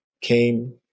came